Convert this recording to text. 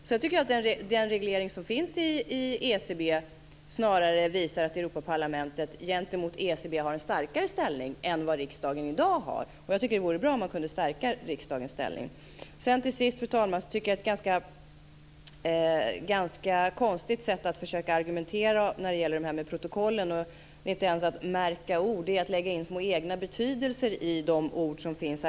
Sedan tycker jag att den reglering som finns i ECB snarare visar att Europaparlamentet har en starkare ställning gentemot ECB än vad riksdagen har i dag. Jag tycker att det vore bra om man kunde stärka riksdagens ställning. Till sist, fru talman, tycker jag att det är ett ganska konstigt sätt att försöka argumentera på när det gäller det här med protokollen. Det är inte ens att märka ord. Det är att lägga in små egna betydelser i de ord som finns.